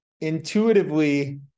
intuitively